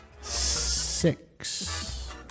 Six